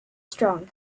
strong